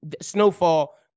Snowfall